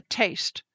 taste